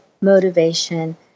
motivation